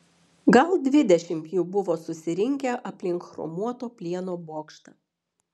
gal dvidešimt jų buvo susirinkę aplink chromuoto plieno bokštą